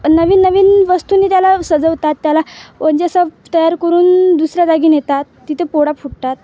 नवीन नवीन वस्तूनी त्याला सजवतात त्याला म्हणजे असं तयार करून दुसऱ्या जागी नेतात तिथे पोळा फुटतात